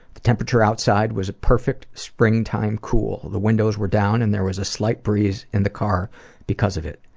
the temperature outside was a perfect springtime cool. the windows were down and there was a slight breeze in the car because of it.